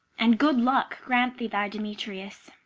and good luck grant thee thy demetrius!